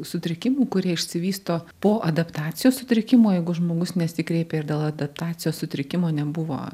sutrikimų kurie išsivysto po adaptacijos sutrikimo jeigu žmogus nesikreipė ir dėl adaptacijos sutrikimo nebuvo